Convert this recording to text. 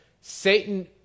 Satan